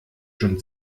schon